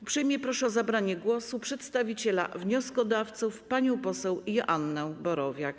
Uprzejmie proszę o zabranie głosu przedstawiciela wnioskodawców panią poseł Joannę Borowiak.